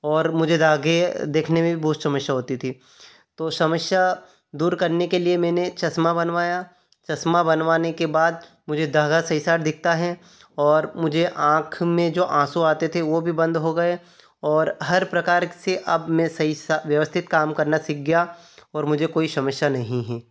और मुझे धागे देखने में भी बहुत समस्या होती थी तो समस्या दूर करने के लिए मैंने चश्मा बनवाया चश्मा बनवाने के बाद मुझे धागा सही साट दिखता है और मुझे आँख में जो आँसू आते थे वो भी बंद हो गए और हर प्रकार से अब मैं सही व्यवस्थित काम करना सीख गया और मुझे कोई समस्या नहीं है